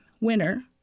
winner—